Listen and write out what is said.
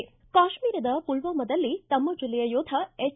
ಕಾಶ್ಮೀರದ ಪುಲ್ವಾಮಾದಲ್ಲಿ ತಮ್ಮ ಜಿಲ್ಲೆಯ ಯೋಧ ಎಚ್